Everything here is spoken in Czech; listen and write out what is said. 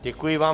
Děkuji vám.